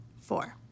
four